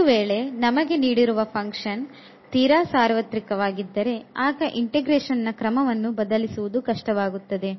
ಒಂದು ವೇಳೆ ನಮಗೆ ನೀಡಿರುವ ಫಂಕ್ಷನ್ ತೀರ ಸಾರ್ವತ್ರಿಕವಾಗಿದ್ದರೆ ಆಗ ಇಂಟೆಗ್ರೇಶನ್ ನ ಕ್ರಮವನ್ನು ಬದಲಿಸುವುದು ಕಷ್ಟವಾಗುತ್ತದೆ